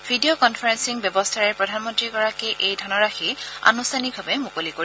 video conferencing ব্যৱস্থাৰে প্ৰধানমন্ত্ৰীগৰাকীয়ে এই ধনৰাশি আনুঠানিকভাৱে মুকলি কৰিব